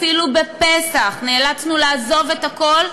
אפילו בפסח נאלצנו לעזוב את הכול,